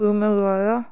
फ्ही में गाया